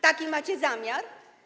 Taki macie zamiar?